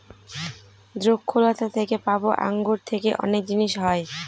দ্রক্ষলতা থেকে পাবো আঙ্গুর থেকে অনেক জিনিস হয়